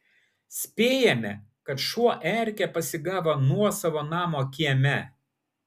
spėjame kad šuo erkę pasigavo nuosavo namo kieme